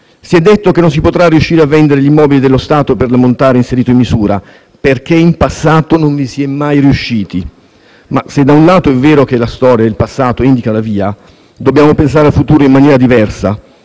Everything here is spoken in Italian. Si è detto che non si potrà riuscire a vendere gli immobili dello Stato per l'ammontare inserito nella misura perché in passato non vi si è mai riusciti. Ma se da un lato è vero che la storia del passato indica la via, dobbiamo pensare al futuro in maniera diversa